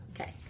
Okay